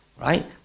right